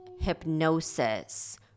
hypnosis